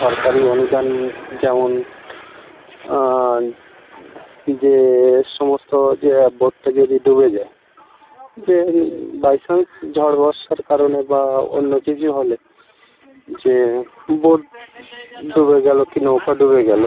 সরকারি অনুদান যেমন যে সমস্ত যে বোট যদি ডুবে যায় যে বাই চান্স ঝড় বর্ষার কারণে বা অন্য কিছু হলে যে বোট ডুবে গেল কি নৌকা ডুবে গেল